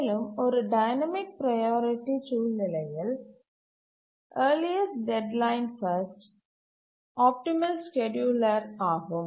மேலும் ஒரு dynamic priority சூழ்நிலையில் earliest deadline first optimal scheduler ஆகும்